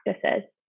practices